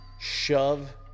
shove